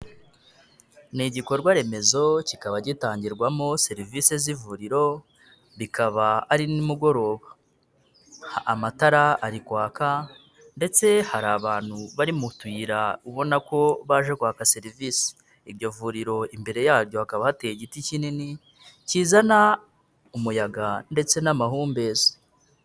Ni igikorwa remezo, kikaba gitangirwamo serivisi z'ivuriro, rikaba ari nimugoroba. Amatara ari kwaka ndetse hari abantu bari mu tuyira ubona ko baje kwaka serivise. Iryo vuriro imbere yaryo hakaba hateye igiti kinini, kizana umuyaga ndetse n'amahumbezi.